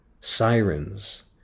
Sirens